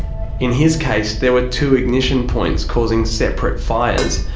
in his case, there were two ignition points, causing separate fires.